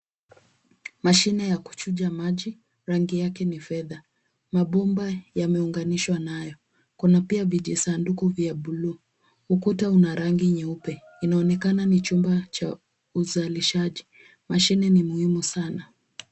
Mashine ya kuchuja maji, rangi yake ni fedha. Mabomba yameunganishwa nayo. Kuna pia vijisanduku vya buluu. Ukuta una rangi nyeupe. Inaonekana ni chumba cha uzalishaji. Mashine ni muhimu sana.